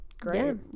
great